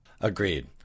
Agreed